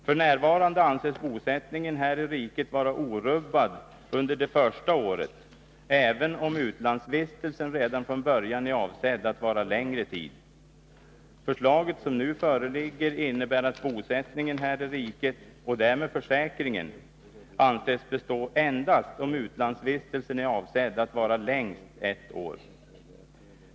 F.n. anses bosättningen här i riket vara orubbad under det första året, även om utlandsvistelsen redan från början är avsedd att vara längre tid. Förslaget som nu föreligger innebär att bosättningen här i riket — och därmed försäkringen — anses bestå endast om utlandsvistelsen är avsedd att vara längst ett år.